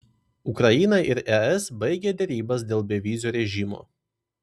ukraina ir es baigė derybas dėl bevizio režimo